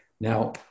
Now